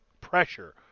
pressure